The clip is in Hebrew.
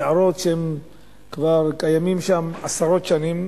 יערות שהם כבר קיימים שם עשרות שנים,